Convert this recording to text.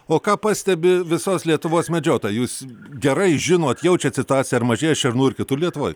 o ką pastebi visos lietuvos medžiotojai jūs gerai žinot jaučiat situaciją ar mažėja šernų ir kitur lietuvoje